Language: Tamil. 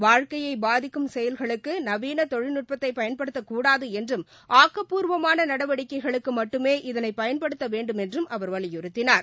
வாழ்க்கையைபாதிக்கும் செயல்களுக்குநவீனதொழில்நுட்பத்தைபயன்படுத்தக்கூடாதுஎன்றும் ஆக்கப்பூர்வமானநடவடிக்கைகளுக்குமட்டுமே இதனைபயன்படுத்தவேண்டுமென்றும் அவர் வலியுறுத்தினார்